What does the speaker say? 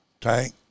Tank